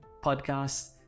podcasts